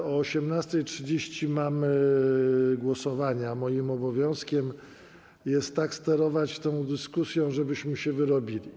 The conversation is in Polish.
O godz. 18.30 mamy głosowania, a moim obowiązkiem jest tak sterować tą dyskusją, żebyśmy się wyrobili.